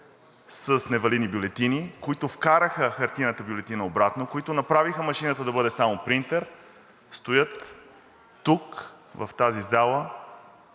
с невалидни бюлетини, които вкараха хартиената бюлетина обратно, които направиха машината да бъде само принтер, стоят тук в тази зала,